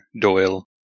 Doyle